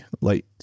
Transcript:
light